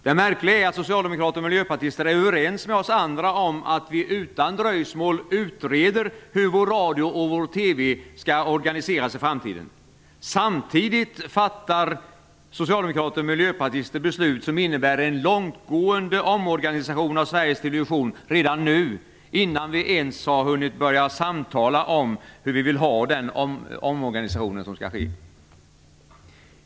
Det märkliga är att socialdemokrater och miljöpartister är överens med oss andra om att vi utan dröjsmål skall utreda hur vår radio och vår TV skall organiseras i framtiden. Samtidigt vill socialdemokrater och miljöpartister fatta beslut som innebär en långtgående omorganisation av Sveriges Television redan nu, innan vi ens har hunnit börja samtala om hur vi vill ha den omorganisation som skall ske.